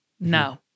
No